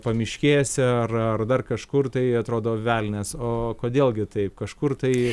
pamiškėse ar ar dar kažkur tai atrodo velnias o kodėl gi taip kažkur tai